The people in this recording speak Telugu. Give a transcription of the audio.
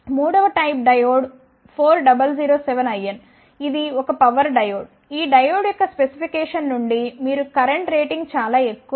మూడవ టైప్ డయోడ్ 4007 IN ఇది ఒక పవర్ డయోడ్ ఈ డయోడ్ యొక్క స్పెసిఫికేషన్ నుండి మీరు కరెంట్ రేటింగ్ చాలా ఎక్కువ